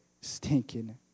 stinking